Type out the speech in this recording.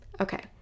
Okay